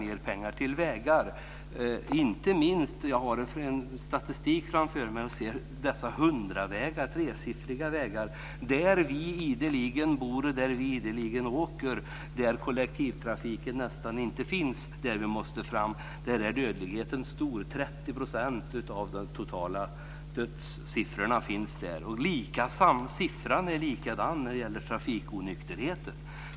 Jag har statistik från 100-vägarna - de tresiffriga vägarna - där vi ideligen åker och måste fram och där kollektivtrafiken nästan inte finns. Där är dödligheten stor. 30 % av de totala dödssiffrorna kommer därifrån. Siffran är likadan när det gäller trafikonykterheten.